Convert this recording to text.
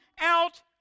out